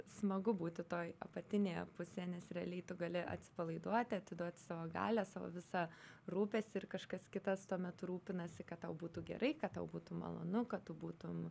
smagu būti toj apatinėje pusėje nes realiai tu gali atsipalaiduoti atiduoti savo galią savo visą rūpestį ir kažkas kitas tuomet rūpinasi kad tau būtų gerai kad tau būtų malonu kad tu būtum